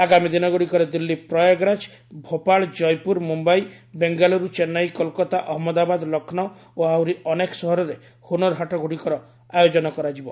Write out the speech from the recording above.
ଆଗାମୀ ଦିନ ଗୁଡ଼ିକରେ ଦିଲ୍ଲୀ ପ୍ରୟାଗରାଜ ଭୋପାଳ ଜୟପୁର ମୁମ୍ବାଇ ବେଙ୍ଗାଲୁରୁ ଚେନ୍ନାଇ କୋଲକାତା ଅହମ୍ମଦାବାଦ ଲକ୍ଷ୍ରୌ ଓ ଆହୁରି ଅନେକ ସହରରେ ହୁନରହାଟ ଗ୍ରଡ଼ିକର ଆୟୋଜନ କରାଯିବ